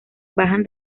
bajan